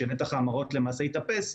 כשנתח ההמרות למעשה יתאפס,